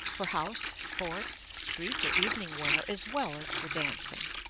for house, sports, street or evening wear, as well as for dancing.